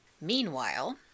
Meanwhile